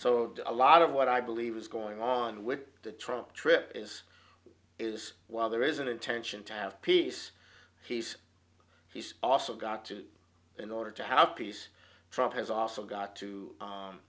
so a lot of what i believe is going on with the trump trip is is while there is an intention to have peace he's he's also got to in order to have peace trump has also got to